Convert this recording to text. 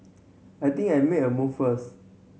I think I make a move first